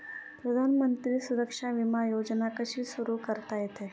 प्रधानमंत्री सुरक्षा विमा योजना कशी सुरू करता येते?